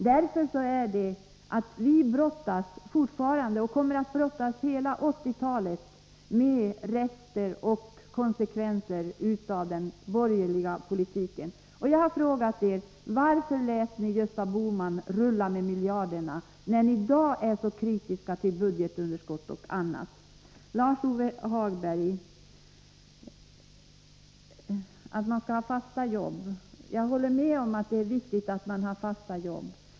Därför brottas vi fortfarande — och kommer att brottas under hela 1980-talet — med rester och konsekvenser av den borgerliga politiken. Jag har frågat er: Varför lät ni Gösta Bohman rulla med miljarderna, när ni i dag är så kritiska till budgetunderskott och annat? Lars-Ove Hagberg sade att man skall ha fasta jobb. Jag håller med om att det är viktigt att man har fasta jobb.